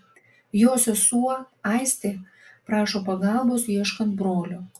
jo sesuo aistė prašo pagalbos ieškant brolio